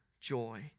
joy